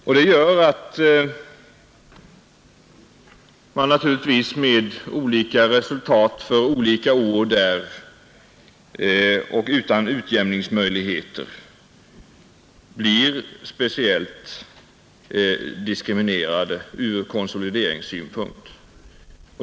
Detta gör att man där med olika resultat för olika år och utan utjämningsmöjligheter blir speciellt diskriminerad från konsolideringssynpunkt.